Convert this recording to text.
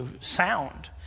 sound